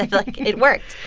like, it worked.